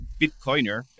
Bitcoiner